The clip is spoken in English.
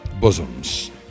bosoms